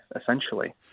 essentially